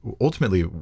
ultimately